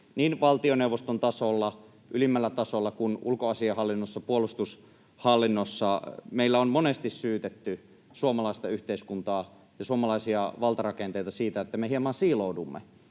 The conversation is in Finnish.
niin valtioneuvoston tasolla, ylimmällä tasolla, kuin ulkoasiainhallinnossa, puolustushallinnossa. Meillä on monesti syytetty suomalaista yhteiskuntaa ja suomalaisia valtarakenteita siitä, että me hieman siiloudumme,